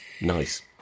Nice